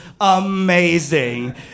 amazing